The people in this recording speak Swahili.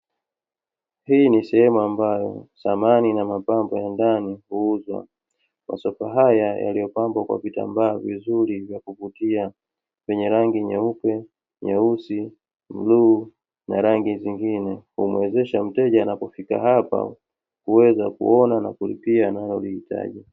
Hii ni sehemu ambayo samani na mapambo ya ndani huuzwa. Masoko haya yaliyopambwa kwa vitambaa vizuri vya kuvutia vyenye rangi nyeupe, nyeusi, bluu na rangi zingine kumuwezesha mteja anapofika hapa kuweza kuona na kulipia analolihitaji.